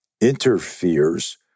interferes